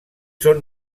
són